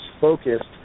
focused